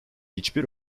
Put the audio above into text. hiçbir